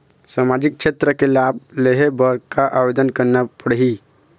सामाजिक क्षेत्र के लाभ लेहे बर का आवेदन करना पड़ही?